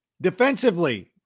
Defensively